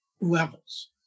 levels